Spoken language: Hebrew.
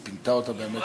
היא פינתה אותה באמת, ?